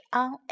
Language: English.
on